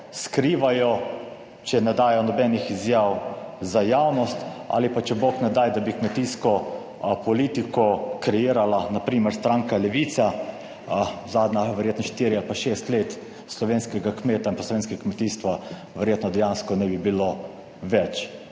skrivajo, če ne dajo nobenih izjav za javnost ali pa če, bog ne daj, da bi kmetijsko politiko kreirala na primer stranka Levica. Zadnja verjetno štiri ali pa šest let, slovenskega kmeta in slovenskega kmetijstva verjetno dejansko ne bi bilo več,